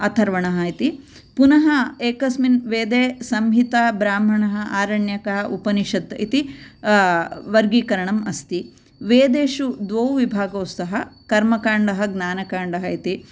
अथर्वणः इति पुनः एकस्मिन् वेदे सम्हिता ब्राह्मणः आरण्यक उपनिषद् इति वर्गीकरणम् अस्ति वेदेषु द्वौ विभागो स्तः कर्मकाण्डः ज्ञानकाण्डः इति